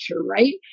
right